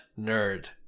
nerd